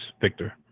Victor